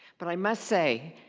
but i must say,